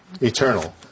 eternal